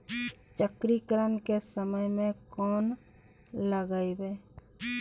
चक्रीकरन के समय में कोन लगबै?